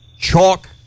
chalk